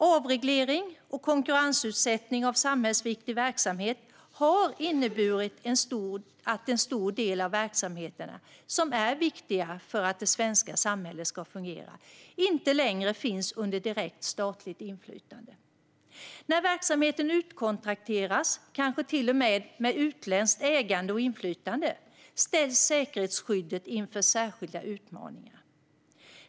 Avreglering och konkurrensutsättning av samhällsviktig verksamhet har inneburit att en stor del av verksamheterna som är viktiga för att det svenska samhället ska fungera inte längre finns under direkt statligt inflytande. När verksamheten utkontrakteras, kanske till och med med utländskt ägande och inflytande, ställs säkerhetsskyddet inför särskilda utmaningar.